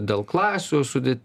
dėl klasių sudė